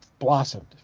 blossomed